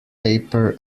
paper